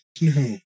no